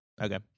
Okay